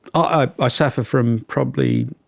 i ah suffer from probably